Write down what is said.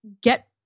get